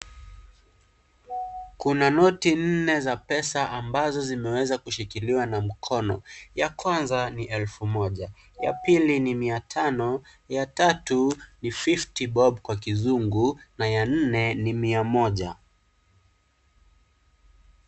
Kuna noti nne za pesa ambazo zimewezakushikiliwa na mkono. Ya kwanza ni elfu moja, ya pili ni miatano, ya tatu ni fifty bob kwa kizungu, na ya nne ni mia moja.